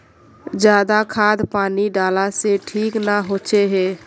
ज्यादा खाद पानी डाला से ठीक ना होए है?